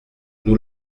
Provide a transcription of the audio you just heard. nous